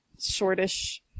shortish